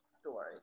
story